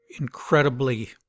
incredibly